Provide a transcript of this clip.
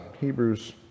Hebrews